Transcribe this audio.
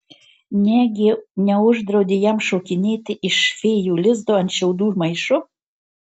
negi neuždraudė jam šokinėti iš fėjų lizdo ant šiaudų maišo